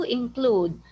include